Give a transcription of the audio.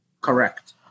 Correct